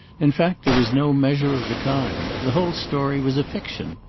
in fact there was no measure of the kind. the whole story was a fiction.